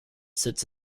sits